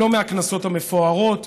היא לא מהכנסות המפוארות